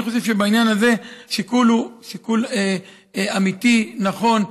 אני חושב שבעניין הזה השיקול הוא שיקול אמיתי ונכון.